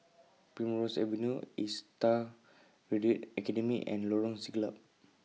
Primrose Avenue ASTAR Academy and Lorong Siglap